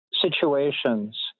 situations